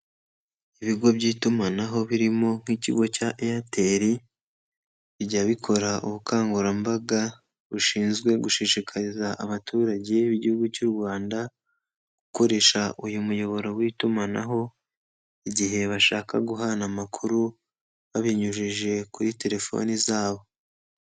Ibigo by'itumanaho birimo nk'ikigo cya Airtel bijya bikora ubukangurambaga bushinzwe gushishikariza abaturage b'Igihugu cy'u Rwanda gukoresha uyu muyoboro w'itumanaho, igihe bashaka guhana amakuru babinyujije kuri telefone zabo.